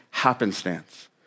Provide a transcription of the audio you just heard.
happenstance